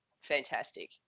fantastic